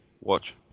watch